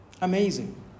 Amazing